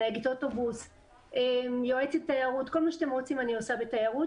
כי אין ישראלי מטייל.